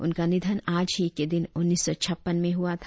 उनका निधन आज ही के दिन उन्नीस सौ छप्पन में हुआ था